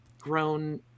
grown